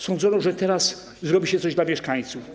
Sądzono, że teraz zrobi się coś dla mieszkańców.